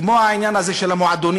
כמו בעניין הזה של המועדונים,